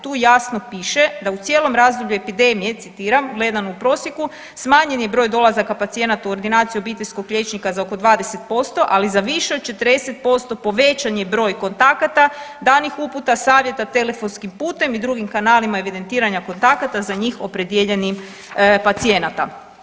Tu jasno piše da u cijelom razdoblju epidemije, citiram, gledano u prosjeku, smanjen je broj dolazaka pacijenata u ordinaciju obiteljskog liječnika za oko 20%, ali za više od 40% povećan je broj kontakata, danih uputa i savjeta telefonskim putem i drugim kanalima evidentiranja kontakata za njih opredijeljenih pacijenata.